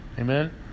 Amen